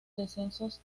descensos